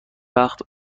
وقت